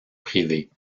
privé